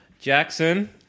Jackson